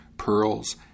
pearls